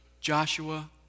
Joshua